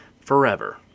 forever